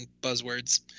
buzzwords